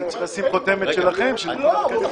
הוא יצטרך לשים חותמת שלכם, של מכון התקנים.